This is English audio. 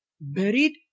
buried